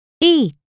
eat